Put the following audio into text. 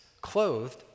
clothed